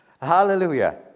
Hallelujah